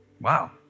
wow